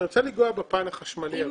אני רוצה לגעת בפן החשמלי.